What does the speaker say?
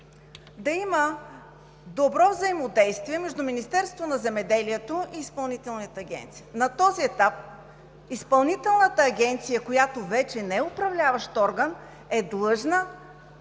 да има добро взаимодействие между Министерството на земеделието и Изпълнителната агенция. На този етап Изпълнителната агенция, която вече не е Управляващ орган, е длъжна